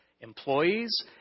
Employees